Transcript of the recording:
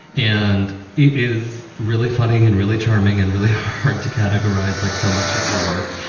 and it is really funny and really charming and really hard to. kind of grise, like so much of your work,